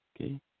okay